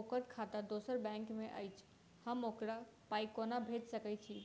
ओकर खाता दोसर बैंक मे अछि, हम ओकरा पाई कोना भेजि सकय छी?